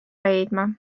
leidma